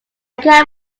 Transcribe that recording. can